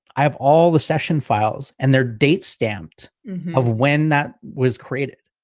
i have all the session files and their date stamped of when that was created.